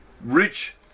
rich